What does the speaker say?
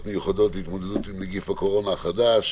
מיוחדות להתמודדות עם נגיף הקורונה החדש